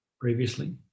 previously